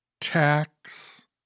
Tax